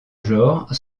genre